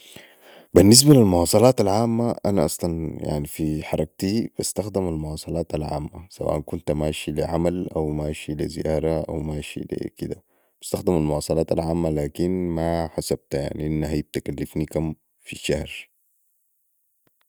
بي النسبة لي المواصلات العامة أنا اصلا يعني في حركتي يستخدم المواصلات العامة سوا كنت ماشي لي زيارة او ماشي لي عمل او ماشي لي كده بستخدم المواصلات العامة لكن ما حسبتا أنها بتكلفني كم في الشهر